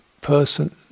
person